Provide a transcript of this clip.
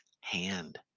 hand